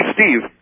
Steve